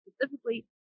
specifically